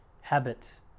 habits